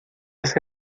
ese